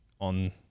on